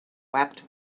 wept